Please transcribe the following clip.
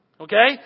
Okay